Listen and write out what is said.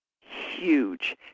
huge